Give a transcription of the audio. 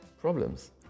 problems